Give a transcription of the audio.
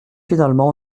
finalement